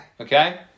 Okay